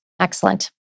Excellent